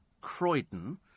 Croydon